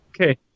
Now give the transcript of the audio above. Okay